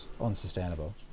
unsustainable